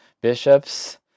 bishops